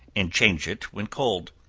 and change it when cold.